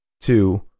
two